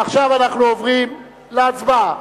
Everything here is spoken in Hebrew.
עכשיו אנחנו עוברים להצבעה.